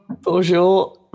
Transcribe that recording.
Bonjour